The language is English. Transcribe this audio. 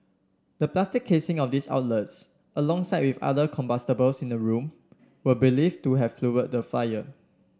the plastic casing of these outlets alongside with other combustibles in the room were believe to have fuelled the fire